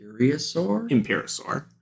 Imperosaur